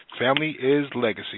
Familyislegacy